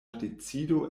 decido